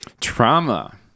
Trauma